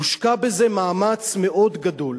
הושקע בזה מאמץ מאוד גדול.